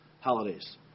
holidays